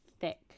thick